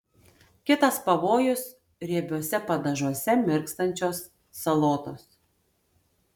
kitas pavojus riebiuose padažuose mirkstančios salotos